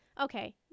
okay